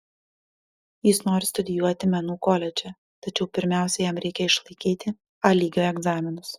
jis nori studijuoti menų koledže tačiau pirmiausia jam reikia išlaikyti a lygio egzaminus